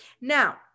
Now